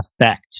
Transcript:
effect